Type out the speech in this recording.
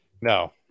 No